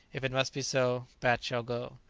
if it must be so, bat shall go.